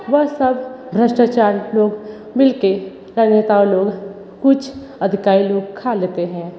वह सब भ्रष्टाचार लोग मिलके और नेता लोग कुछ अधिकारी लोग खा लेते हैं